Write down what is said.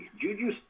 Juju